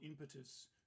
impetus